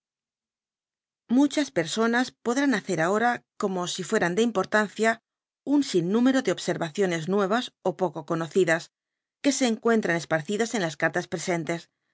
mucbas personas podrán hacer ahora como si fueran de importancia un innúmero de observaciones nuevas ó poco conocidas que se encuentran esparcidas en las cartas presentes